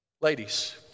Ladies